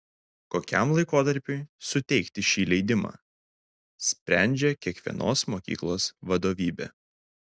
kokiam laikotarpiui suteikti šį leidimą sprendžia kiekvienos mokyklos vadovybė